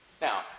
Now